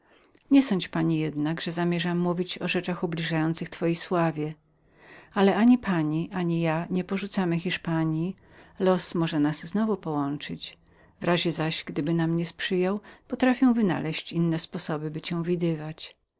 nie sądź pani przeto abym chciał mówić o rzeczach ubliżających twojej sławie ale ani pani ani ja nie porzucamy hiszpanji przypadek może nas połączyć w razie zaś gdyby nam go zabrakło potrafię wynaleźć inne sposoby